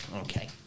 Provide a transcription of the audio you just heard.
okay